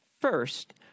First